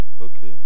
Okay